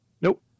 Nope